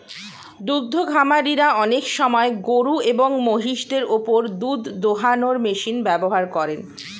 দুদ্ধ খামারিরা অনেক সময় গরুএবং মহিষদের ওপর দুধ দোহানোর মেশিন ব্যবহার করেন